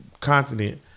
continent